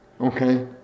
okay